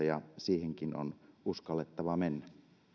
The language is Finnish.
ja siihenkin on uskallettava mennä